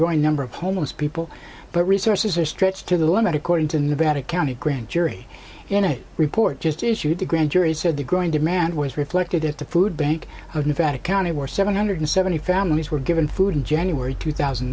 growing number of homeless people but resources are stretched to the limit according to nevada county grand jury in a report just issued a grand jury said the growing demand was reflected at the food bank of nevada county where seven hundred seventy families were given food in january two thousand